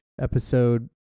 Episode